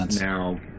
now